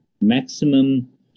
maximum